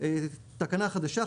תקנה חדשה.